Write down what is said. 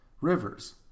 Rivers